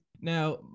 Now